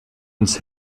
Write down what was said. uns